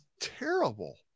terrible